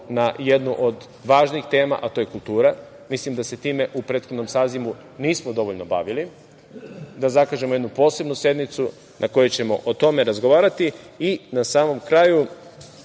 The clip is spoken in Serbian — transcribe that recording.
na jednu od važnih tema, a to je kultura. Mislim da se time u prethodnom sazivu nismo dovoljno bavili, da zakažemo jednu posebnu sednicu na kojoj ćemo o tome razgovarati. Na samom kraju.